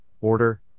order